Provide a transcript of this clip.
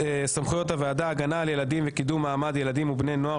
סמכויות הוועדה: הגנה על ילדים וקידום מעמד ילדים ובני נוער,